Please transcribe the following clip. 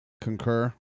concur